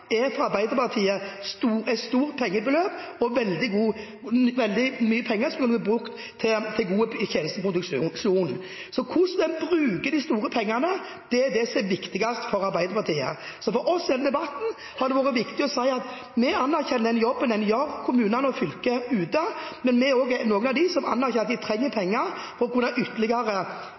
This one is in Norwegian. er for Arbeiderpartiet et stort pengebeløp, det er veldig mye penger, som en kunne brukt til god tjenesteproduksjon. Hvordan en bruker de store pengene, er det som er det viktigste for Arbeiderpartiet. For oss har det i denne debatten vært viktig å si at vi anerkjenner den jobben en gjør ute i kommunene og fylkene, men vi er også blant dem som anerkjenner at de trenger penger for ytterligere å kunne